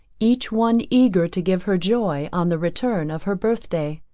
each one eager to give her joy on the return of her birth-day.